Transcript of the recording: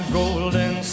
golden